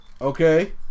Okay